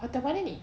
hotel mana ni